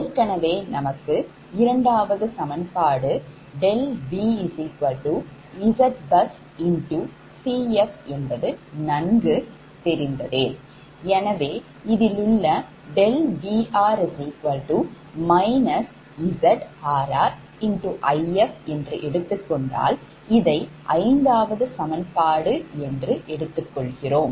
ஏற்கனவே நமக்கு இரண்டாவது சமன்பாட்டு∆VZBusCf என்பது நன்கு அறிந்ததே எனவே இதிலுள்ள ∆Vr ZrrIfஎன்று எடுத்துக் கொண்டால் இதை ஐந்தாவது சமன்பாடு என்று எடுத்துக் கொள்கிறோம்